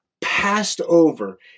passed-over